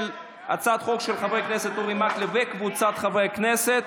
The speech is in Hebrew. הצעת החוק של חברי הכנסת אורי מקלב וקבוצת חברי הכנסת.